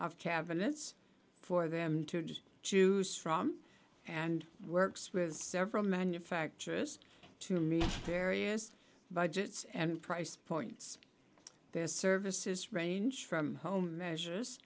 of cabinets for them to choose from and works with several manufacturers to meet various budgets and price points their services range from home measures